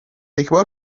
یکبار